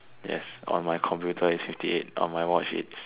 yes on my computer it's fifty eight on my watch it's